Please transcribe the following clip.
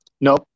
No